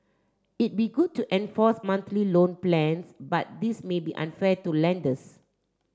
it'd be good to enforce monthly loan plans but this may be unfair to lenders